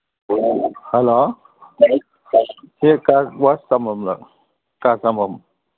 hello ꯁꯤ car wash ꯆꯥꯝꯕꯝꯂꯥ car ꯆꯥꯝꯕꯝ